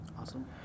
Awesome